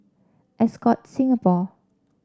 Ascott Singapore